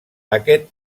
aquest